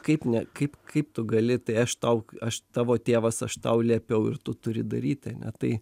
kaip ne kaip kaip tu gali tai aš tau aš tavo tėvas aš tau liepiau ir tu turi daryti tai